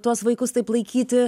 tuos vaikus taip laikyti